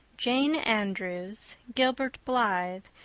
jane andrews, gilbert blythe,